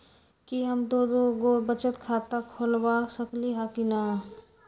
कि हम दो दो गो बचत खाता खोलबा सकली ह की न?